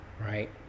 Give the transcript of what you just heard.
right